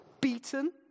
beaten